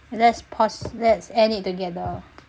let's pause let's end it together